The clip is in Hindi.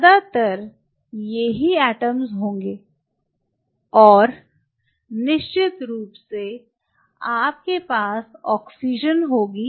ज्यादातर ये ही एटम्स होंगे संदर्भ समय 1836 और निश्चित रूप से आपके पास ऑक्सीजन होगा